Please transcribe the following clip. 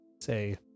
say